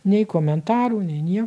nei komentarų nei nie